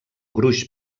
gruix